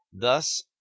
Thus